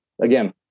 Again